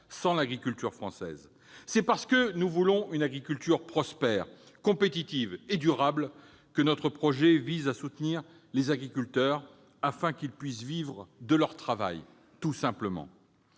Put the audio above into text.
sans l'agriculture française ? C'est parce que nous voulons une agriculture prospère, compétitive et durable que notre projet vise à soutenir les agriculteurs, afin qu'ils puissent vivre de leur travail, tout simplement.